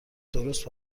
درست